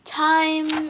time